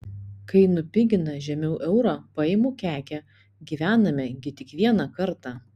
kai nupigina žemiau euro paimu kekę gyvename gi tik vieną kartą